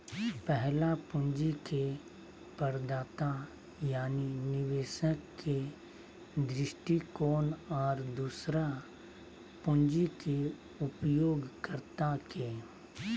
पहला पूंजी के प्रदाता यानी निवेशक के दृष्टिकोण और दूसरा पूंजी के उपयोगकर्ता के